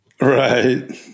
Right